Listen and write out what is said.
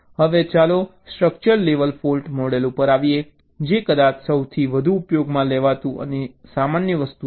હવે ચાલો structural level fault model ઉપર આવીએ જે કદાચ સૌથી વધુ ઉપયોગમાં લેવાતું અને સામાન્ય છે